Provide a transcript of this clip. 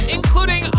Including